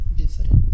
different